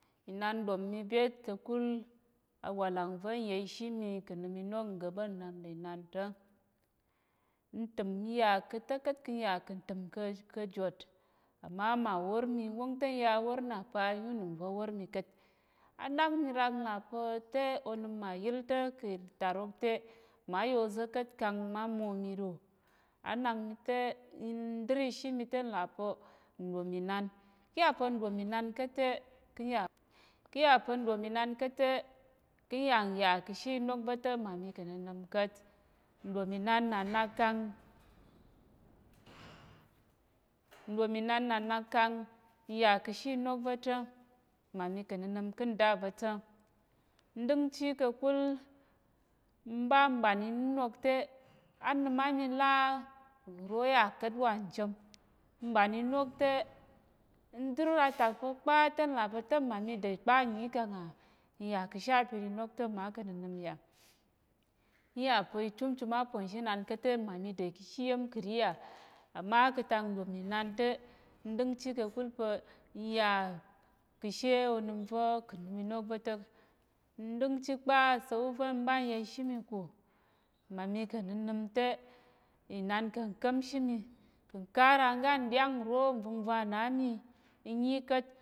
Inan ɗom mi byét ka̱kul awàlang va̱ n ya ishi mi kà̱ nnəm inok nga̱ɓa̱n nnap nlà inan ta̱, n təm n yà ka̱ ta̱ ka̱t, ka̱ nyà kà̱ ntəm ka̱ jot, à má mà wor mi, n wóng te nya awór na pa, n nyi unəm va̱ wór mi ka̱t. Á ɗak mi rak n là pa̱ te onəm mà yíl ta̱ ki ìtarok ta̱ mma ya oza̱ ka̱t kang ma mwo mi ro, á nak te n ɗer ishi mi te n là pa̱ nɗom inan. Ká̱ yà pa̱ nɗom inan ka̱t te ká̱ n yà, ká̱ yà pa̱ nɗom inan ka̱t te ká̱ n yà nyà ka̱ she inok va̱ ta̱ mma mi kà̱ nnənəm ka̱t. Nɗom inan na nak kang nɗom inan na nak kang n yà ka̱ she inok va̱ ta̱ mma mi ka̱ nnənəm ká̱ nda va̱ ta̱. N ɗingchi ka̱kul m ɓa m ɓan inənok te á nəm á mi la unəm ro yà ka̱t wa njem, m ɓan inok te n dər atak pa̱ kpa te n là pa̱ mma mi uda kpa nnyi kang à n yà ka̱ she apir inok ta̱ mma kà̱ nnənəm yà, ká̱ yà pa̱ ichumchum áponzhinan ka̱t te mma mi de ka̱ she iya̱m kəri yà, a má ka̱ tak nɗom inan te n ɗingchi ka̱kul pa̱ n yà ka̱ she onəm va̱ kà̱ nnəm inok va̱ ta̱. N ɗingchi kpa asa̱wò va̱ m ɓa n ya ishi mi ko, mma mi kà̱ nnənəm te, inan ka̱ nka̱mshi mi kà̱ nkara ngga nɗráng ro nvəngva na n nyi ka̱t.